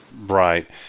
Right